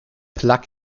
plug